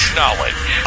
knowledge